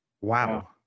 Wow